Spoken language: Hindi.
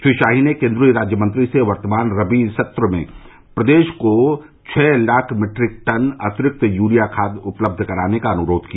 श्री शाही ने केन्द्रीय राज्यमंत्री से वर्तमान रबी सत्र में प्रदेश के छः लाख मैट्रिक टन अंतिरिक्त यूरिया खाद उपलब्ध कराने का अनुरोध किया